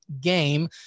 game